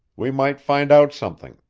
we might find out something.